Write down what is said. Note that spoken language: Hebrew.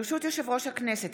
ברשות יושב-ראש הכנסת,